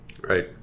Right